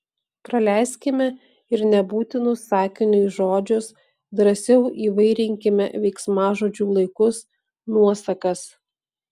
praleiskime ir nebūtinus sakiniui žodžius drąsiau įvairinkime veiksmažodžių laikus nuosakas